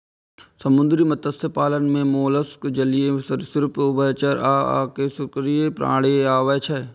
समुद्री मत्स्य पालन मे मोलस्क, जलीय सरिसृप, उभयचर आ अकशेरुकीय प्राणी आबै छै